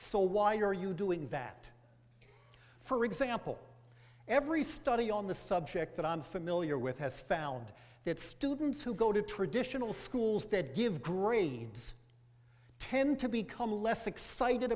so why are you doing that for example every study on the subject that i'm familiar with has found that students who go to traditional schools that give grades tend to become less excited